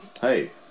Hey